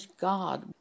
God